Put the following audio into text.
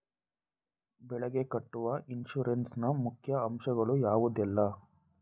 ಬೆಳೆಗೆ ಕಟ್ಟುವ ಇನ್ಸೂರೆನ್ಸ್ ನ ಮುಖ್ಯ ಅಂಶ ಗಳು ಯಾವುದೆಲ್ಲ?